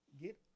Get